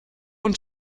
und